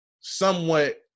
somewhat